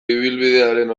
ibilbidearen